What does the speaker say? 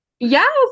Yes